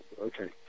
Okay